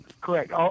correct